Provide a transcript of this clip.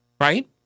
right